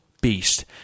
Beast